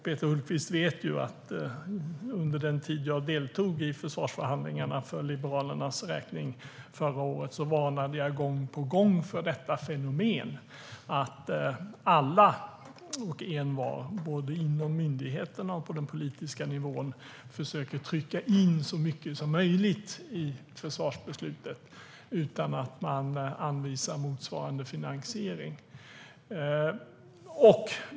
Peter Hultqvist vet att jag under den tid jag deltog i försvarsförhandlingarna för Liberalernas räkning förra året varnade gång på gång för detta fenomen: Alla och envar, både inom myndigheterna och på den politiska nivån, försöker trycka in så mycket som möjligt i försvarsbeslutet utan att man anvisar motsvarande finansiering.